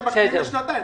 אתם מקפיאים לשנתיים.